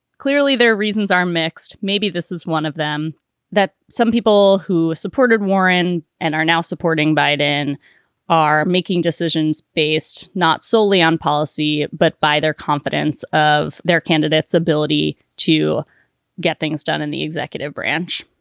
clearly, their reasons are mixed. maybe this is one of them that some people who supported warren and are now supporting biden are making decisions based not solely on policy, but by their competence of their candidate's ability to get things done in the executive branch.